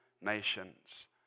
nations